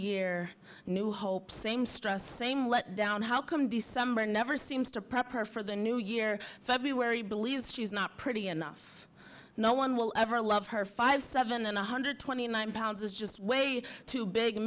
year new hope same stress same letdown how come december never seems to proper for the new year february believes she's not pretty enough no one will ever love her five seven and one hundred twenty nine pounds is just way too big